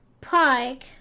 pike